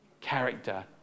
character